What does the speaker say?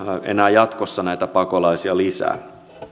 enää jatkossa näitä pakolaisia lisää